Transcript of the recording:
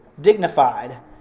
dignified